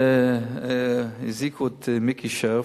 ואז הזעיקו את מיקי שרף,